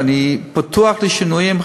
ואני פתוח לשינויים.